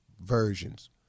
versions